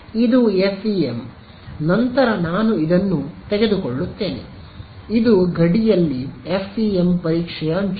ಇದು ಎಫ್ಇಎಂ ನಂತರ ನಾನು ಇದನ್ನು ತೆಗೆದುಕೊಳ್ಳುತ್ತೇನೆ ಇದು ಗಡಿಯಲ್ಲಿ ಎಫ್ಇಎಂ ಪರೀಕ್ಷೆಯ ಅಂಚುಗಳು